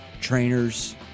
trainers